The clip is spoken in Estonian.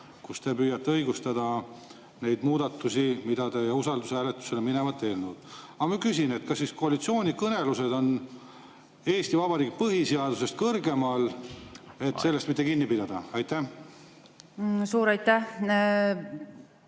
kus te püüate õigustada neid muudatusi ja usaldushääletusele minevat eelnõu. Aga ma küsin: kas siis koalitsioonikõnelused on Eesti Vabariigi põhiseadusest kõrgemal, et sellest mitte kinni pidada? Suur aitäh!